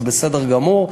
זה בסדר גמור,